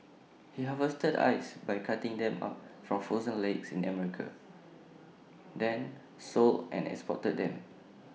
he harvested ice by cutting them up from frozen lakes in America then sold and exported them